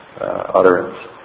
utterance